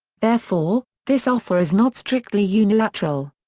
therefore this offer is not strictly unilateral.